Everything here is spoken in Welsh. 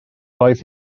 roedd